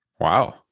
Wow